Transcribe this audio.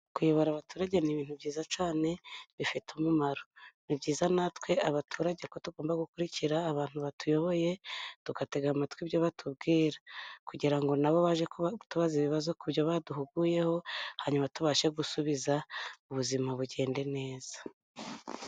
Kuyobora abaturage ni ibintu byiza cyane bifite umumaro, ni byiza natwe abaturage ko tugomba gukurikira abantu batuyoboye, tugatega amatwi ibyo batubwira kugira ngo na bo bajye kutubaza ibibazo ku byo baduhuguyeho, hanyuma tubashe gusubiza ubuzima bugende neza.